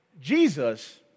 Jesus